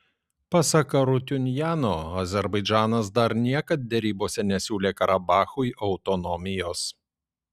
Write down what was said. pasak arutiuniano azerbaidžanas dar niekad derybose nesiūlė karabachui autonomijos